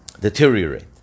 deteriorate